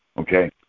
Okay